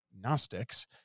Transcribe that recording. gnostics